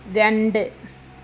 രണ്ട്